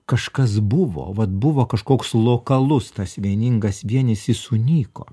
kažkas buvo vat buvo kažkoks lokalus tas vieningas vienis jis sunyko